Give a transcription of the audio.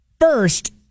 First